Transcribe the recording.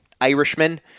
Irishman